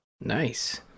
Nice